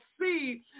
see